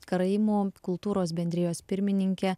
karaimų kultūros bendrijos pirmininkė